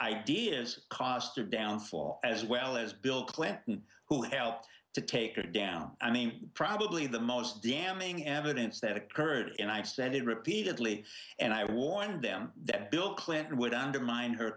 ideas cost her downfall as well as bill clinton who helped to take her down i mean probably the most damning evidence that occurred and i said it repeatedly and i warned them that bill clinton would undermine her